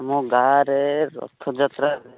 ଆମ ଗାଁରେ ରଥଯାତ୍ରା